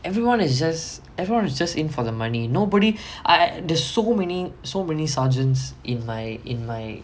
everyone is just everyone's just in for the money nobody I there's so many so many sergeants in my in my